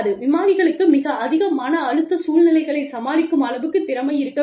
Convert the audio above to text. விமானிகளுக்கு மிக அதிக மன அழுத்தச் சூழ்நிலைகளைச் சமாளிக்கும் அளவுக்குத் திறமை இருக்க வேண்டும்